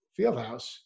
Fieldhouse